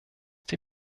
die